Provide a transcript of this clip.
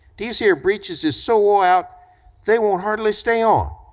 these here breeches is so wore out they won't hardly stay on.